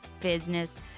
business